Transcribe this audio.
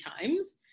times